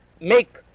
make